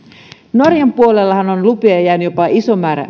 norjan puolellahan on lupia jäänyt jopa iso määrä